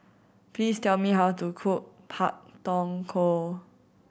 please tell me how to cook Pak Thong Ko